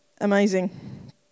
amazing